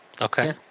Okay